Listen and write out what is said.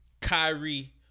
Kyrie